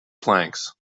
planks